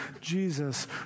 Jesus